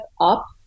up